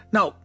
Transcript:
Now